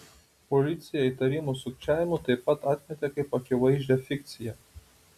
policija įtarimus sukčiavimu taip pat atmetė kaip akivaizdžią fikciją